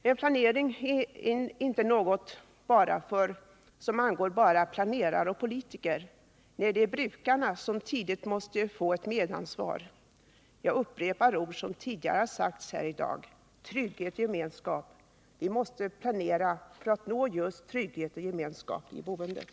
Men planering är inte något som angår bara planerare och politiker. Nej, det är brukarna som tidigt måste få ett medansvar. Jag upprepar ord som tidigare har sagts här i dag: trygghet, gemenskap. Vi måste planera för att få just trygghet och gemenskap i boendet.